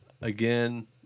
Again